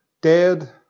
dead